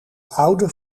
oude